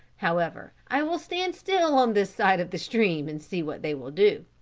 however, i will stand still on this side of the stream and see what they will do.